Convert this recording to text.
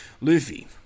Luffy